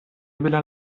bela